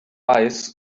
eyes